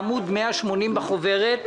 בעמוד 180 בחוברת.